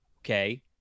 Okay